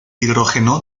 hidrógeno